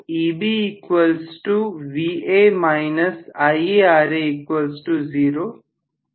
तो 0 और